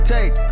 Take